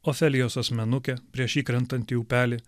ofelijos asmenukė prieš įkrentant į upelį